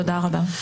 תודה רבה.